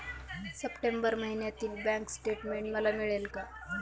September महिन्यातील bank statement मला मिळेल का?